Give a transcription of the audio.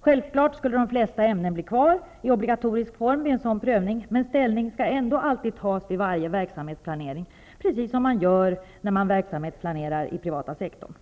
Självklart skulle de flesta ämnen bli kvar i obligatorisk form vid en sådan prövning, men ställning skall ändå alltid tas till varje verksamhetsplanering, precis som man gör när man verksamhetsplanerar i privata sektorn.